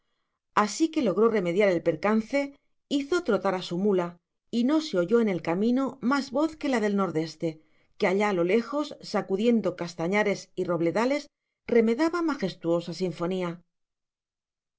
así que logró remediar el percance hizo trotar a su mula y no se oyó en el camino más voz que la del nordeste que allá a lo lejos sacudiendo castañares y robledales remedaba majestuosa sinfonía